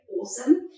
awesome